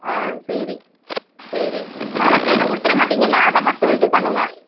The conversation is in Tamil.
ஆ சரி சரி பழசு எதுவும் கொடுத்துட மாட்டிங்கள்ல அதை மட்டும் இது பண்ணுங்கள்